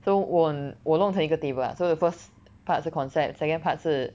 so 我我弄成一个 table ah so the first part 是 concept second part 是